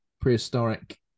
prehistoric